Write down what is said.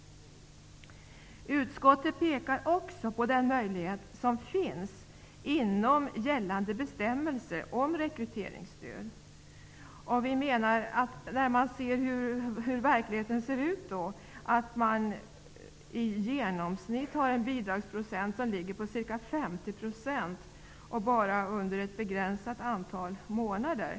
Utskottet pekar också på den möjlighet som finns inom gällande bestämmelser beträffande rekryteringsstöd. Utskottet menar att man i verkligheten i genomsnitt har en bidragsnivå på ca 50 %, under ett begränsat antal månader.